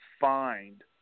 find